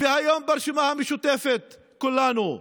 והיום ברשימה המשותפת, כולנו,